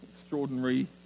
extraordinary